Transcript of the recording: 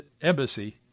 Embassy